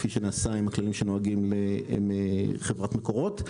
כפי שנעשה עם כללים שנוגעים לחברת מקורות,